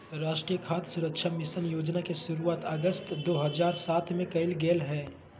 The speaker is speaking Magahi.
राष्ट्रीय खाद्य सुरक्षा मिशन योजना के शुरुआत अगस्त दो हज़ार सात में कइल गेलय